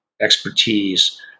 expertise